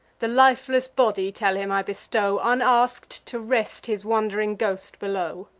the lifeless body, tell him, i bestow, unask'd, to rest his wand'ring ghost below.